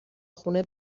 خونه